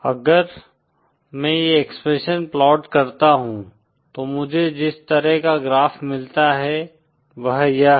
अगर मैं ये एक्सप्रेशन प्लॉट करता हूँ तो मुझे जिस तरह का ग्राफ मिलता है वह यह है